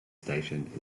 station